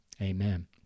Amen